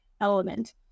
element